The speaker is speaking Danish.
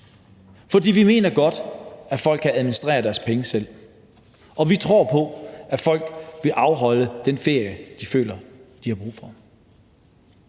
Vi mener godt, at folk kan administrere deres penge selv, og vi tror på, at folk vil afholde den ferie, de føler de har brug for.